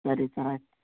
ಸರಿ ಸರ್ ಆಯ್ತು